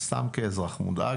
סתם כאזרח מודאג,